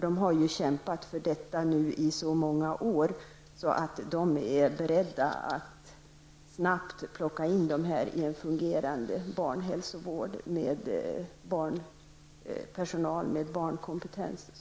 De har nämligen nu i många år kämpat för detta, och de är därför beredda att snabbt plocka in dessa barn i en fungerande barnhälsovård under ledning av personal med barnkompetens.